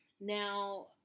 Now